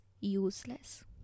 useless